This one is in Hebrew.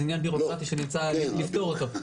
זה עניין בירוקרטי שנמצא איך לפתור אותו.